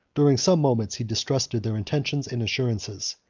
during some moments he distrusted their intentions and assurances.